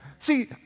See